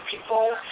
people